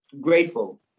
grateful